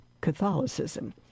Catholicism